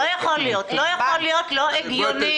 לא יכול להיות, זה לא הגיוני.